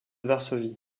varsovie